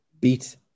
beat